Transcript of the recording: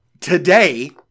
Today